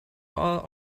our